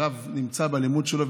כשהרב נמצא בלימוד שלו,